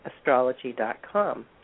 astrology.com